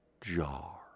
jar